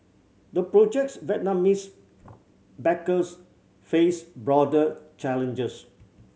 the project's Vietnamese backers face broader challenges